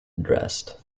addressed